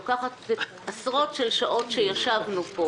עשרות שעות שישבנו פה